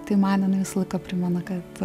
tai man jinai visą laiką primena kad